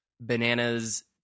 bananas